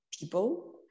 people